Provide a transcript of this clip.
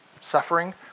Suffering